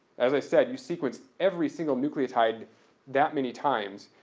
as i said, you sequence every single nucleotide that many times,